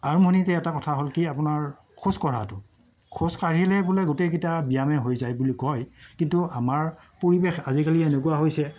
আৰম্ভণিতে এটা কথা হ'ল কি আপোনাৰ খোজকঢ়াটো খোজকাঢ়িলে বোলে গোটেইকেইটা ব্যায়ামেই হৈ যায় বুলি কয় কিন্তু আমাৰ পৰিৱেশ আজিকালি এনেকুৱা হৈছে